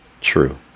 true